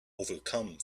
overcome